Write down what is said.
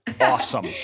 awesome